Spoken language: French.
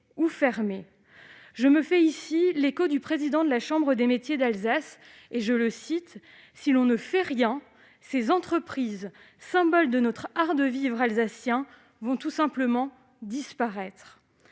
ou fermer. Je me fais ici l'écho du président de la chambre de métiers d'Alsace :« Si l'on ne fait rien, ces entreprises, symbole de notre art de vivre alsacien, vont tout simplement disparaître.